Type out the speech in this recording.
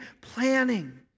planning